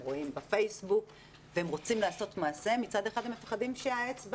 הם רואים בפייסבוק והם רוצים לעשות מעשה אבל מצד אחד הם מפחדים שהאצבע